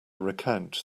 recount